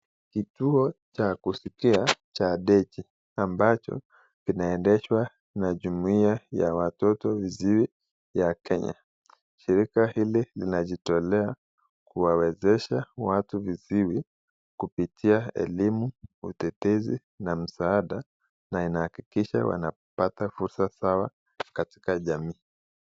Kituo cha kuskia cha deji ambacho kinaendeshwa na jumuia ya watoto visiwi ya Kenya, shirika hili linajitolea kuwawezesha watu visiwi kupitia elimu, utetezi na msaada na inahakikisha wanapata fursa sawa kaitka jamii.